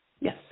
Yes